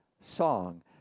song